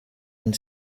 and